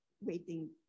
waiting